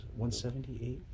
178